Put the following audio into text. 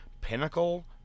pinnacle